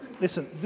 Listen